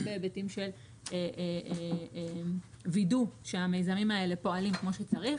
גם בהיבטים של וידוא שהמיזמים האלה פועלים כמו שצריך,